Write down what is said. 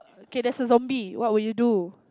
okay there's a zombie what will you do